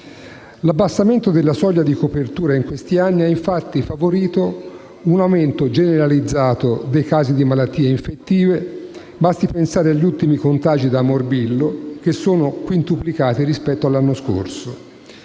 L'abbassamento della soglia di copertura in questi anni ha infatti favorito un aumento generalizzato dei casi di malattie infettive; basti pensare agli ultimi contagi da morbillo, che sono quintuplicati rispetto all'anno scorso.